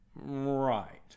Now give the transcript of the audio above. Right